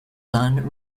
son